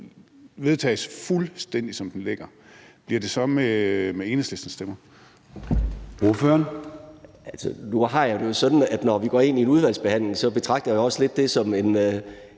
vedtages, fuldstændig som den ligger, bliver det så med Enhedslistens stemmer?